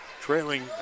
trailing